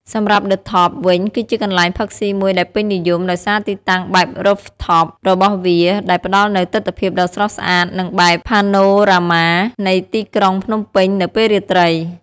សម្រាប់ ឌឹ ថប់ (The Top) វិញ គឺជាកន្លែងផឹកស៊ីមួយដែលពេញនិយមដោយសារទីតាំងបែប រ៉ូហ្វថប (Rooftop) របស់វា ដែលផ្ដល់នូវទិដ្ឋភាពដ៏ស្រស់ស្អាត និងបែប ផាណូរ៉ាម៉ា (Panorama) នៃទីក្រុងភ្នំពេញនៅពេលរាត្រី។